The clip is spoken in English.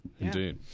Indeed